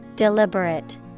Deliberate